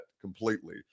completely